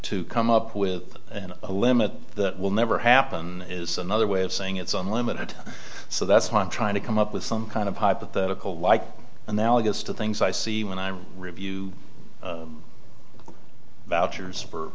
to come up with and a limit that will never happen is another way of saying it's unlimited so that's why i'm trying to come up with some kind of hypothetical like analogous to things i see when i'm review vouchers for